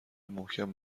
محکم